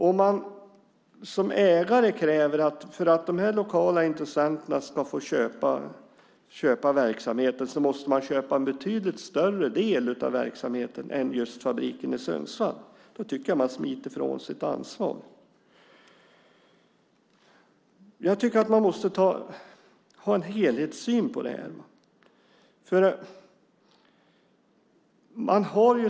Om man som ägare kräver att de lokala intressenterna måste köpa en betydligt större del av verksamheten än just fabriken i Sundsvall tycker jag att man smiter från sitt ansvar. Det måste finnas en helhetssyn.